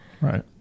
Right